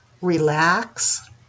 relax